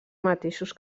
mateixos